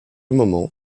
moment